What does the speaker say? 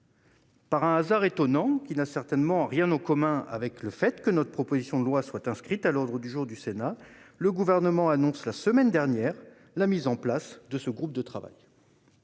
Par un hasard étonnant, qui n'a certainement rien à voir avec le fait que notre proposition de loi soit inscrite à l'ordre du jour des travaux du Sénat, le Gouvernement annonce la semaine dernière la mise en place de ce groupe de travail